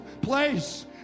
place